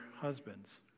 husbands